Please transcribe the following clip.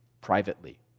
privately